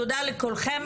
תודה לכולכם,